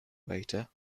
waiter